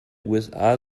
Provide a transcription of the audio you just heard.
usa